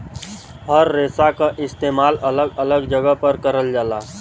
हर रेसा क इस्तेमाल अलग अलग जगह पर करल जाला